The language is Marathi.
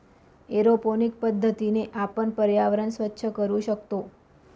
एरोपोनिक पद्धतीने आपण पर्यावरण स्वच्छ करू शकतो